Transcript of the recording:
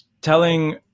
Telling